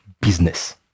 business